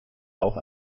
auch